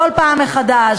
כל פעם מחדש,